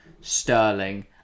Sterling